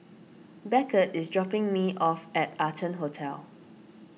Beckett is dropping me off at Arton Hotel